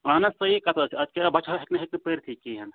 اہن حظ صحیح کَتھ حظ چھِ بچہٕ اَدٕ کیٛاہ حظ ہٮ۪کہِ نہٕ ہیٚکہِ نہٕ پٔرۍتھٕے کِہیٖنۍ